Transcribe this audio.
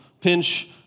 pinch